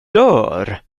dör